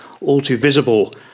all-too-visible